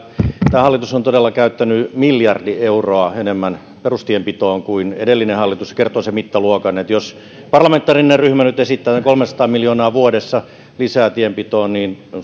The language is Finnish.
tämä hallitus on todella käyttänyt miljardi euroa enemmän perustienpitoon kuin edellinen hallitus se kertoo sen mittaluokan niin että jos parlamentaarinen ryhmä nyt esittää kolmeasataa miljoonaa vuodessa lisää tienpitoon niin minusta